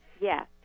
Yes